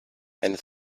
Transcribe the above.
and